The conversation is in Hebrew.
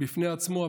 בפני עצמו,